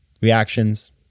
reactions